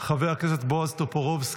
חבר הכנסת מיקי לוי, מוותר,